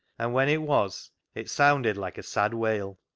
and when it was it sounded like a sad wail.